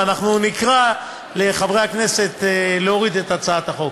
ונקרא לחברי הכנסת להוריד את הצעת החוק.